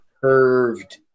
curved